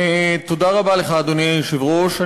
תודה רבה לך, אדוני היושב-ראש.